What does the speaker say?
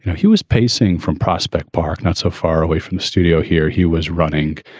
he was pacing from prospect park, not so far away from the studio here. he was running,